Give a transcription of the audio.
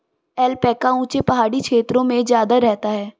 alpaca ऊँचे पहाड़ी क्षेत्रों में ज्यादा रहता है